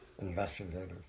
investigators